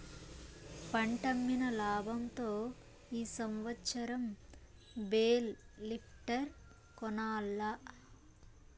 పంటమ్మిన లాబంతో ఈ సంవత్సరం బేల్ లిఫ్టర్ కొనాల్ల